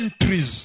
Entries